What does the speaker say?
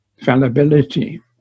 fallibility